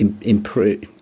improve